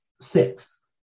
six